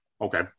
Okay